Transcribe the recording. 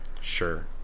Sure